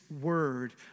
word